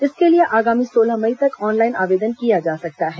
इसके लिए आगामी सोलह मई तक ऑनलाइन आवेदन किया जा सकता है